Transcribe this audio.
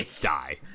Die